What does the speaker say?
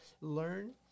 learn